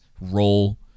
role